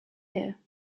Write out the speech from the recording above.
here